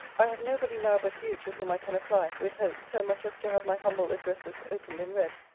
i have nobody now but you, to whom i can apply, with hope, so much as to have my humble addresses opened and read.